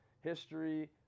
history